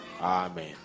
Amen